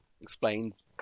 explains